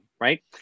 right